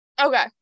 Okay